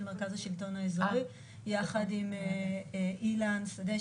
מרכז השלטון האזרחי יחד עם אילן שדה,